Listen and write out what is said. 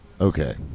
okay